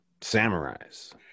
samurais